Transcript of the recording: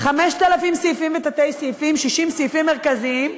5,000 סעיפים ותתי-סעיפים, 60 סעיפים מרכזיים.